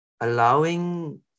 allowing